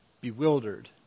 bewildered